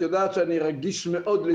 את יודעת שאני רגיש מאוד לדימויה של העיר.